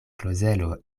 klozelo